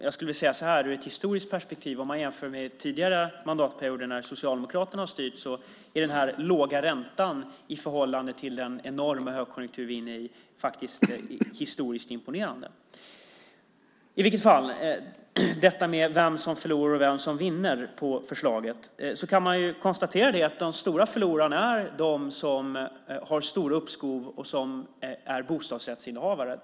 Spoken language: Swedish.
Jag skulle vilja säga så här: Ur ett historiskt perspektiv, om man jämför med tidigare mandatperioder när Socialdemokraterna har styrt, är den här låga räntan i förhållande till den enorma högkonjunktur vi är inne i faktiskt imponerande. När det gäller vem som förlorar och vem som vinner på förslaget kan man konstatera att de stora förlorarna är de som har stora uppskov och som är bostadsrättsinnehavare.